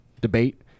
debate